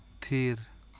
ᱛᱷᱤᱨ